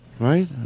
Right